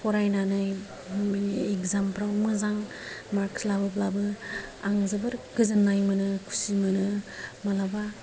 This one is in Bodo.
फरायनानै बिनि एक्जामफ्राव मोजां मार्कस लाबोब्लाबो आङो जोबोर गोजोननाय मोनो खुसि मोनो मालाबा